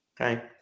Okay